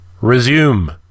Resume